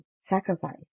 sacrifice